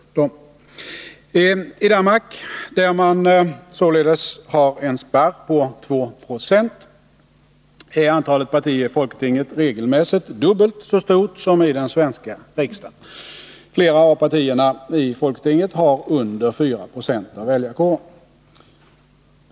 I folketinget i Danmark, där man således har en spärr på 2 76, är antalet partier regelmässigt dubbelt så stort som i den svenska riksdagen. Flera av partierna i folketinget representerar mindre än 4 96 av väljarkåren.